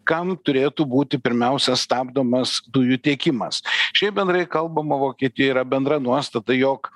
kam turėtų būti pirmiausia stabdomas dujų tiekimas šiaip bendrai kalbama vokietijo yra bendra nuostata jog